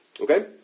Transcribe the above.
Okay